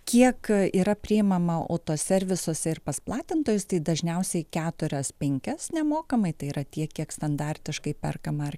kiek yra priimama autoservisuose ir pas platintojus tai dažniausiai keturias penkias nemokamai tai yra tiek kiek standartiškai perkama ar